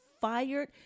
fired